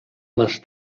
les